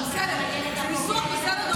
זה בסדר.